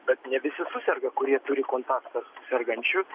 bet ne visi suserga kurie turi kontaktą su sergančiu